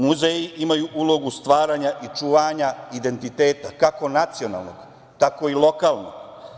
Muzeji imaju ulogu stvaranja i čuvanja identiteta, kako nacionalnog, tako i lokalnog.